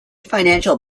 financial